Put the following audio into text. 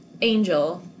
Angel